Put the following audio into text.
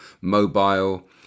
mobile